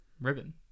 ribbon